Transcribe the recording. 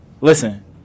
Listen